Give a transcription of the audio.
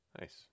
nice